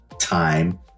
time